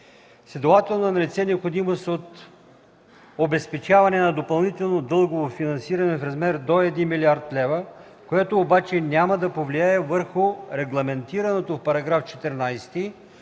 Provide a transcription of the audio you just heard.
Следователно е налице необходимост от обезпечаване на допълнително дългово финансиране в размер до 1 млрд. лв., което обаче няма да повлияе върху регламентираното в § 14